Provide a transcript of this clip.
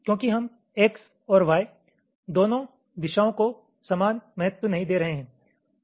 क्योंकि हम X और Y दोनों दिशाओं को समान महत्व नहीं दे रहे हैं